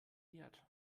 wert